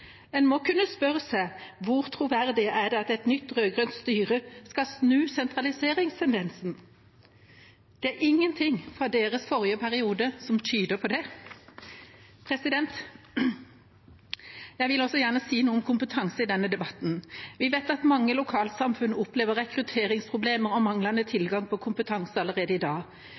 må kunne spørre seg: Hvor troverdig er det at et nytt rød-grønt styre skal snu sentraliseringstendensen? Det er ingenting av deres forrige periode som tyder på det. Jeg vil også gjerne si noe om kompetanse i denne debatten. Vi vet at mange lokalsamfunn opplever rekrutteringsproblemer og manglende tilgang på kompetanse allerede i dag.